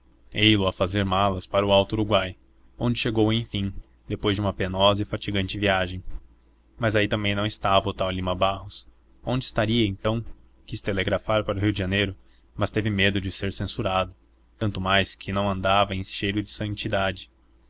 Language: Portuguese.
ei-lo a fazer malas para o alto uruguai onde chegou enfim depois de uma penosa e fatigante viagem mas aí também não estava o tal lima barros onde estaria então quis telegrafar para o rio de janeiro mas teve medo de ser censurado tanto mais que não andava em cheiro de santidade